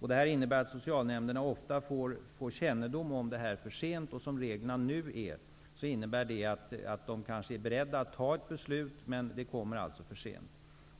Detta innebär att socialnämnderna ofta får kännedom om fallet för sent. Som reglerna nu är, kan de vara beredda att fatta beslut, men det kommer alltså för sent.